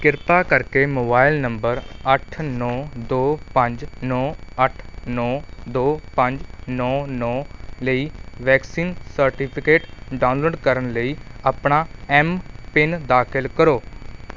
ਕਿਰਪਾ ਕਰਕੇ mobile number ਅੱਠ ਨੌ ਦੋ ਪੰਜ ਨੌ ਅੱਠ ਨੌ ਦੋ ਪੰਜ ਨੌ ਨੌ ਲਈ ਵੈਕਸੀਨ ਸਰਟੀਫਿਕੇਟ ਡਾਊਨਲੋਡ ਕਰਨ ਲਈ ਆਪਣਾ ਐਮਪਿਨ ਦਾਖਲ ਕਰੋ